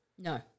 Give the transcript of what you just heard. No